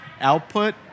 output